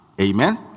Amen